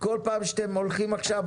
כל פעם שאתם הולכים עכשיו,